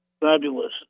fabulous